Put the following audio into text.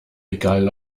egal